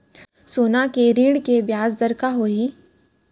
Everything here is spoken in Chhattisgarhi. सोना के ऋण के ब्याज दर का होही?